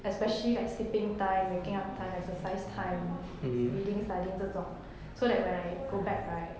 especially like sleeping time waking up time exercise time readings studying 这种 so that when I go back